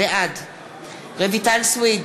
בעד רויטל סויד,